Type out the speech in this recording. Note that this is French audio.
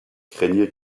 craignaient